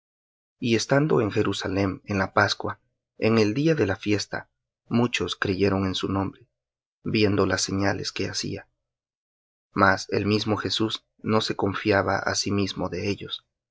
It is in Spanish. y estando en jerusalem en la pascua en el día de la fiesta muchos creyeron en su nombre viendo las señales que hacía mas el mismo jesús no se confiaba á sí mismo de ellos